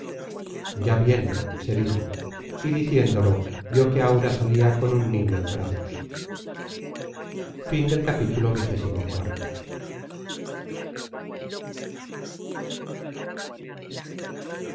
ya viene se dijo y diciéndolo vio que aura salía con un niño en brazos